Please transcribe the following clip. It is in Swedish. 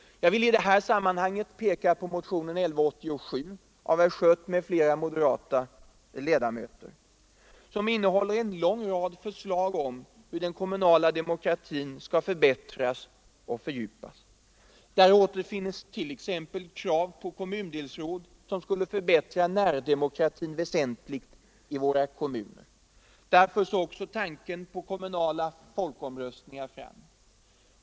Jag vill i detta sammanhang peka på motionen 1187 — av herr Schött m.fl. moderata ledamöter — som innehåller en lång rad förslag om hur den kommunala demokratin skall förbättras och fördjupas. Där återfinns t.ex. krav på kommundelsråd som skulle förbättra närdemokratin väsentligt i våra kommuner. Där förs också tanken på kommunala folkomröstningar fram.